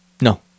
No